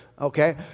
Okay